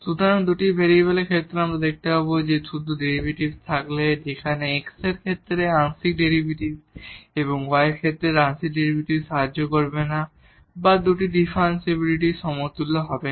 সুতরাং দুটি ভেরিয়েবলের ক্ষেত্রে আমরা দেখতে পাব যে শুধু ডেরিভেটিভস থাকলে যেখানে x এর ক্ষেত্রে আংশিক ডেরিভেটিভ এবং y এর ক্ষেত্রে আংশিক ডেরিভেটিভ সাহায্য করবে না বা দুটি ডিফারেনশিবিলিটির সমতুল্য হবে না